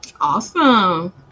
Awesome